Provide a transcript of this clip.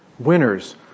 Winners